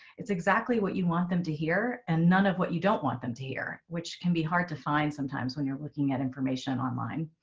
it's exactly what you want them to hear. and none of what you don't want them to hear, which can be hard to find sometimes when you're looking at information online.